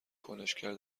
کنشگر